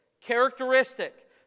characteristic